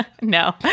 No